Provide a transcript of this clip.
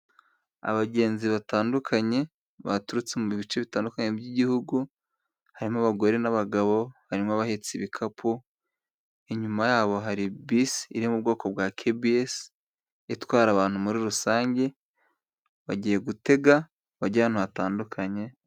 Abagenzi batandukanye, baturutse mu bice bitandukanye by'Igihugu, harimo abagore n'abagabo harimo abahetse ibikapu. Inyuma yabo hari bisi iri mu bwoko bwa kebisi(kbc), itwara abantu muri rusange. Bagiye gutega baje ahantu hatandukanye.